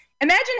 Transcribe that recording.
imagine